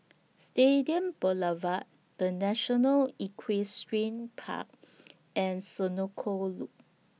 Stadium Boulevard The National Equestrian Park and Senoko Loop